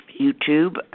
YouTube